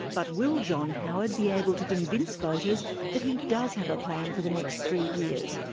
but will john howard be able to convince voters that he does have a plan for the next three years,